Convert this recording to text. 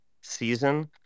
season